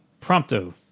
Prompto